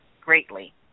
greatly